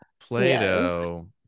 Plato